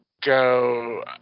go